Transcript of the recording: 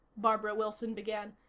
barbara wilson began,